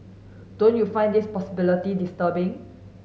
don't you find these possibility disturbing